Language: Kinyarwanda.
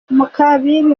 mukakibibi